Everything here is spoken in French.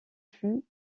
fut